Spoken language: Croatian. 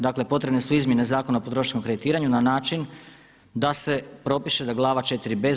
Dakle, potrebne su izmjene Zakona o potrošačkom kreditiranju na način da se propiše da glava IVb.